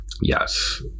yes